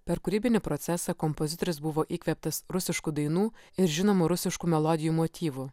per kūrybinį procesą kompozitorius buvo įkvėptas rusiškų dainų ir žinomų rusiškų melodijų motyvų